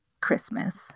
Christmas